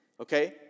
Okay